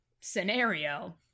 scenario